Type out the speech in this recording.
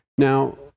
Now